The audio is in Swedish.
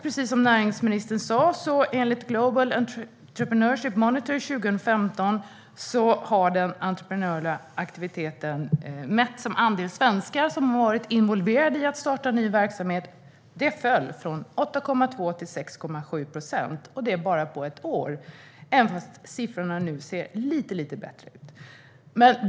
Precis som näringsministern sa har enligt Global Entrepreneurship Monitor 2015 den entreprenöriella aktiviteten, mätt som andelen svenskar som har varit involverade i att starta ny verksamhet, fallit från 8,2 procent till 6,7 procent på bara ett år, även om siffrorna nu ser lite bättre ut.